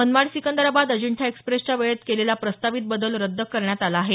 मनमाड सिकंदराबाद अजिंठा एक्स्प्रेसच्या वेळेत केलेला प्रस्तावित बदल रद्द करण्यात आला आहे